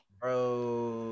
bro